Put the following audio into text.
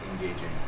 engaging